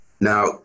Now